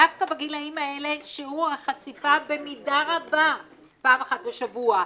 דווקא בגילאים האלה שיעור החשיפה במידה רבה פעם אחת בשבוע,